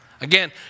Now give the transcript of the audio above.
Again